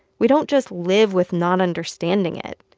we don't just live with not understanding it.